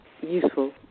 useful